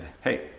Hey